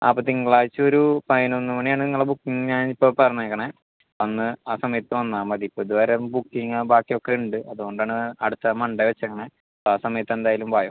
അപ്പോൾ തിങ്കളാഴ്ച ഒരു പതിനൊന്ന് മണിയാണ് നിങ്ങളെ ബുക്കിംഗ് ഞാനിപ്പോൾ പറഞ്ഞേക്കണത് അന്ന് ആ സമയത്ത് വന്നാൽ മതി ഇപ്പോൾ ഇതുവരെ ബുക്കിംഗ് ബാക്കി ഒക്കെയുണ്ട് അതുകൊണ്ടാണ് അടുത്ത മൺഡേ വെച്ചേക്കണത് ആ സമയത്ത് എന്തായാലും വായോ